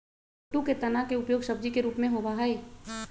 कुट्टू के तना के उपयोग सब्जी के रूप में होबा हई